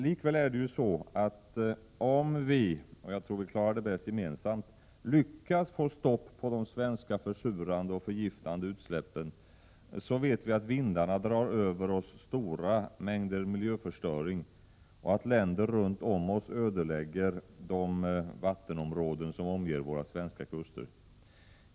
Likväl är det så, att om vi — och jag tror vi klarar det bäst gemensamt — lyckas få stopp på de svenska försurande och förgiftande utsläppen, så drar vindarna över oss stora mängder miljöförstöring, och länder runt om oss ödelägger de vattendrag som omger våra svenska kuster.